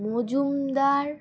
Majumdar